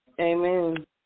Amen